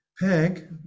Peg